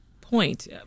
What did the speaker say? point